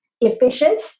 efficient